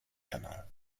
kanal